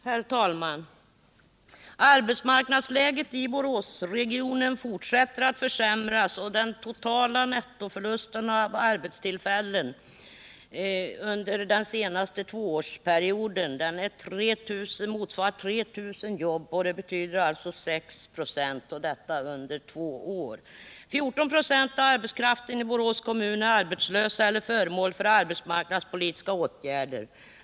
Herr talman! Arbetsmarknadsläget i Boråsregionen fortsätter att försämras. Den totala nettoförlusten av arbetstillfällen under den senaste tvåårsperioden motsvarar 3 000 jobb. Det betyder 6 96 — detta under två år! 14 96 av arbetskraften i Borås kommun är arbetslösa personer eller sådana som är föremål för arbetsmarknadspolitiska åtgärder.